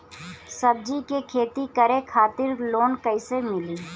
सब्जी के खेती करे खातिर लोन कइसे मिली?